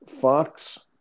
Fox